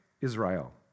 Israel